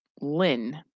Lynn